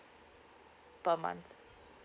per month